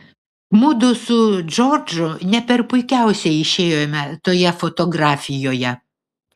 mudu su džordžu ne per puikiausiai išėjome toje fotografijoje